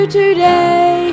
today